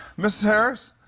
mrs. harris,